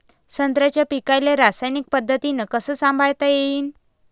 संत्र्याच्या पीकाले रासायनिक पद्धतीनं कस संभाळता येईन?